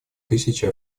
тысячи